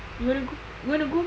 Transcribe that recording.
you wanna go you wanna go meh